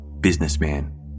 businessman